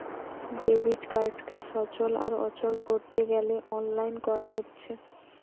debit কার্ডকে সচল আর অচল কোরতে গ্যালে অনলাইন কোরা হচ্ছে